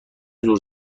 زور